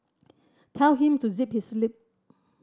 tell him to zip his lip